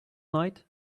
night